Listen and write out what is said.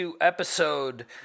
episode